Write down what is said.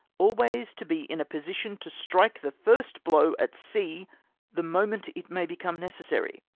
always to be in a position to strike the first blow at sea the moment it may become necessary.